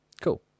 Cool